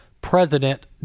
President